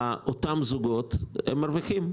אותם זוגות מרוויחים.